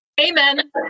Amen